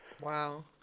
Wow